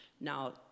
Now